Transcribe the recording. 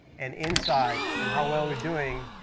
and insight, and how well we're doing,